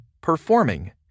performing